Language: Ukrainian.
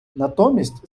натомість